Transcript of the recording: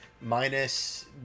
minus